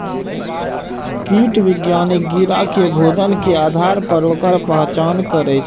कीट विज्ञानी कीड़ा के भोजन के आधार पर ओकर पहचान करै छै